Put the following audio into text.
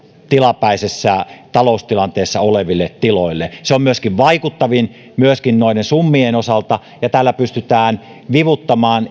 tilapäisessä taloustilanteessa oleville tiloille se on myöskin vaikuttavin noiden summien osalta ja tällä pystytään vivuttamaan